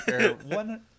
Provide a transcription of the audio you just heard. one